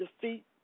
defeat